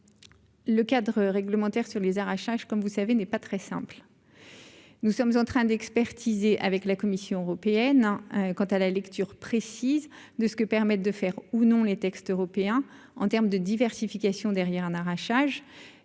Le cadre réglementaire, sur les arrachages comme vous savez n'est pas très simple. Nous sommes en train d'expertiser avec la Commission européenne quant à la lecture précise de ce que permettent de faire ou non les textes européens en termes de diversification derrière un arrachage